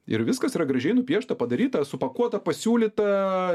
ir viskas yra gražiai nupiešta padaryta supakuota pasiūlyta